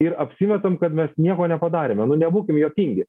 ir apsimetam kad mes nieko nepadarėme nu nebūkim juokingi